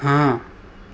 ہاں